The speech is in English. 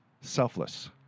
selfless